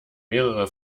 mehrere